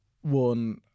one